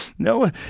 No